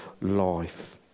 life